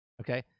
okay